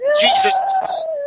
Jesus